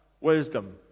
wisdom